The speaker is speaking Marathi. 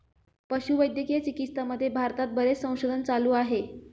पशुवैद्यकीय चिकित्सामध्ये भारतात बरेच संशोधन चालू आहे